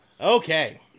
Okay